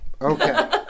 okay